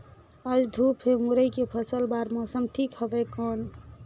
आज धूप हे मुरई के फसल बार मौसम ठीक हवय कौन?